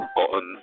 on